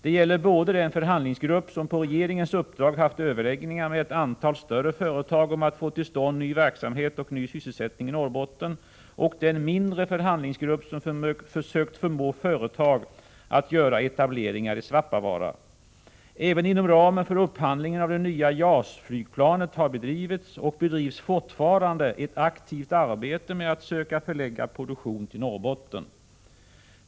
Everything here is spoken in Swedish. Det gäller både den förhandlingsgrupp som på regeringens uppdrag haft överläggningar med ett antal större företag om att få till stånd ny verksamhet och ny sysselsättning i Norrbotten och den mindre förhandlingsgrupp som försökt förmå företag att göra etableringar i Svappavaara. Även inom ramen för upphandlingen av det nya JAS-flygplanet har det bedrivits och bedrivs fortfarande ett aktivt arbete med att söka förlägga produktion till Norrbotten.